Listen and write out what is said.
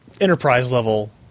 enterprise-level